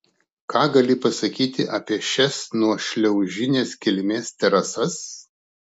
ką gali pasakyti apie šias nuošliaužinės kilmės terasas